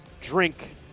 drink